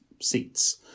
seats